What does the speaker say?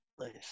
Nice